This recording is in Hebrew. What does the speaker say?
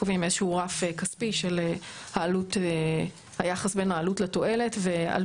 קובעים איזשהו רף כספי של היחס בין העלות לתועלת ועל